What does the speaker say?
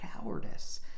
cowardice